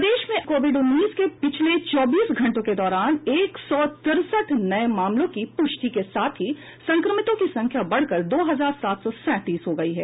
प्रदेश में कोविड उन्नीस के पिछले चौबीस घंटों के दौरान एक सौ तिरसठ नये मामलों की पुष्टि के साथ ही संक्रमितों की संख्या बढ़कर दो हजार सात सौ सैंतीस हो गयी है